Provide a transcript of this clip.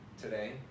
today